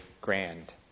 grand